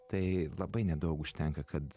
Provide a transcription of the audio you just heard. tai labai nedaug užtenka kad